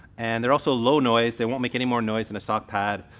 and they're also low noise. they won't make any more noise than a stock pad.